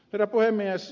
herra puhemies